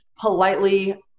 politely